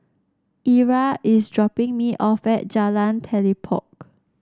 Ira is dropping me off at Jalan Telipok